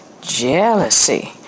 Jealousy